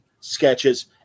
sketches